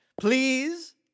please